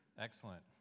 Excellent